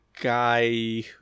guy